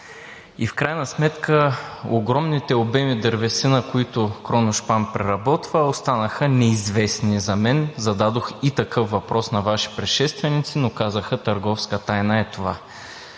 и в крайна сметка огромните обеми дървесина, които „Кроношпан“ преработва, останаха неизвестни за мен. Зададох и такъв въпрос на Ваши предшественици, но казаха, че това